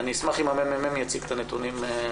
אני אשמח אם תציגו את הנתונים.